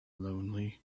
lonely